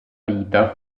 vita